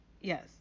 Yes